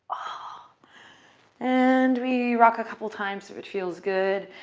ah and we rock a couple times. so it feels good.